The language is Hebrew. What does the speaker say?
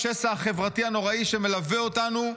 לשסע החברתי הנוראי שמלווה אותנו,